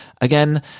Again